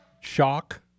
shock